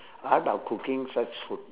art of cooking such food